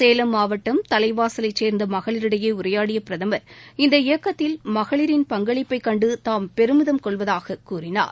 சேலம் மாவட்டம் தலைவாசலைச் சேர்ந்த மகளிரிடையே உரையாடிய பிரதமா் இந்த இயக்கத்தில் மகளிரின் பங்களிப்பைக் கண்டு தாம் பெருமிதம கொள்ளவதாக கூறினார்